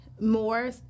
more